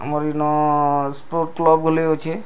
ଆମର୍ ନ sports club ବୋଲି ଅଛି